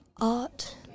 art